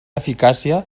eficàcia